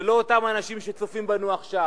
זה לא אותם אנשים שצופים בנו עכשיו,